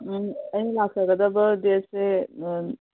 ꯎꯝ ꯑꯩꯅ ꯂꯥꯛꯆꯒꯗꯕ ꯗꯦꯗꯁꯦ